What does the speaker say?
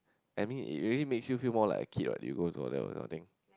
I mean it really makes you feel more like a kid what you go to all that all the thing